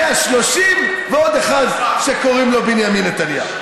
130 ועוד אחד שקוראים לו בנימין נתניהו.